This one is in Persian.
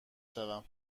شوم